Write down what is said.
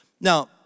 Now